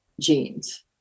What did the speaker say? genes